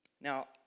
Now